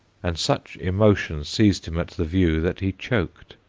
and such emotions seized him at the view that he choked.